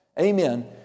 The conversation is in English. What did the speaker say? Amen